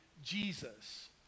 Jesus